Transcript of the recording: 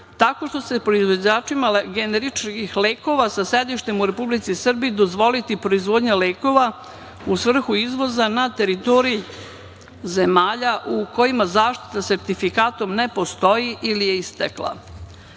tako što će se proizvođačima generičkih lekova sa sedištem u Republici Srbiji dozvoliti proizvodnja lekova u svrhu izvoza na teritoriji zemalja u kojima zaštita sertifikatom ne postoji ili je istekla.